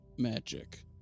magic